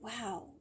wow